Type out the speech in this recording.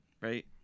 Right